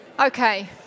Okay